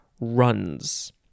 runs